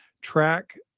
track